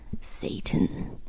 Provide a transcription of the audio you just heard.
Satan